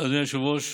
אדוני היושב-ראש,